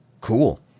Cool